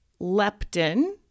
leptin